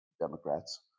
Democrats